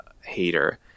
hater